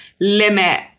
limit